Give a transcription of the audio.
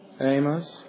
Amos